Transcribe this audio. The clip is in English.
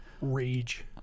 Rage